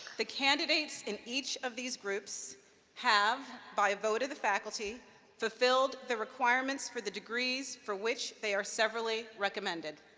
the candidates in each of these groups have, by vote of the faculty, fulfilled the requirements for the degrees for which they are severally recommended.